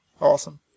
Awesome